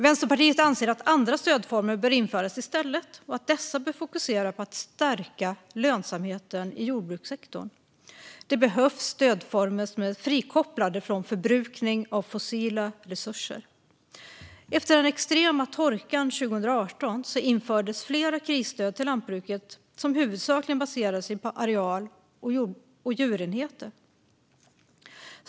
Vänsterpartiet anser att andra stödformer bör införas i stället och att dessa bör fokusera på att stärka lönsamheten i jordbrukssektorn. Det behövs stödformer som är frikopplade från förbrukning av fossila resurser. Efter den extrema torkan 2018 infördes flera krisstöd till lantbruket som huvudsakligen baserades på areal och djurenheter.